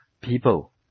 people